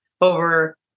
over